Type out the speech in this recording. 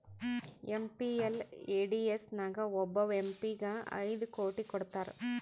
MPLADS ನಾಗ್ ಒಬ್ಬವ್ M P ಗ ಐಯ್ಡ್ ಕೋಟಿ ಕೊಡ್ತಾರ್